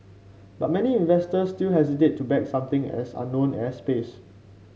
but many investors still hesitate to back something as unknown as space